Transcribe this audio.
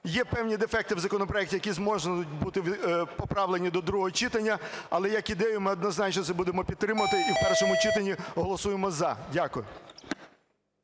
Є певні дефекти в законопроекті, які можуть бути поправлені до другого читання, але як ідею ми однозначно це будемо підтримувати і в першому читанні голосуємо "за". Дякую.